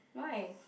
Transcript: why